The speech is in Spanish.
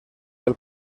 del